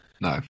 No